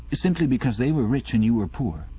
simply because they were rich and you were poor?